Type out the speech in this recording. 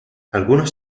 algunos